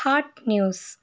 hot news